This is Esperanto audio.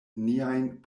niajn